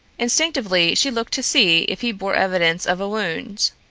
instinctively she looked to see if he bore evidence of a wound.